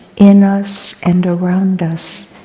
in us and around us,